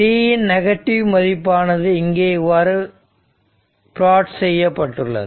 t இன் negative மதிப்பானது இங்கே இவ்வாறு பிளாட் செய்யப்பட்டுள்ளது